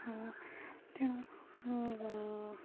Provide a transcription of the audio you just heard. ତେଣୁ